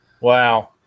Wow